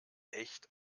echt